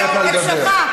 את הולכת לאיבוד, כנראה.